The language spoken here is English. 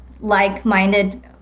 like-minded